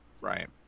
Right